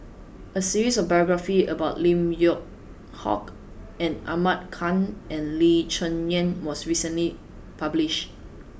a series of biographies about Lim Yew Hock Ahmad Khan and Lee Cheng Yan was recently published